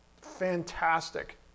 fantastic